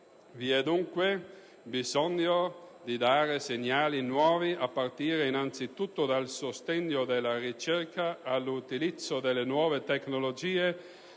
Vi è dunque bisogno di dare segnali nuovi, a partire innanzi tutto dal sostegno alla ricerca, all'utilizzo delle nuove tecnologie,